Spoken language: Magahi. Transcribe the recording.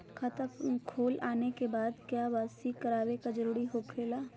खाता खोल आने के बाद क्या बासी करावे का जरूरी हो खेला?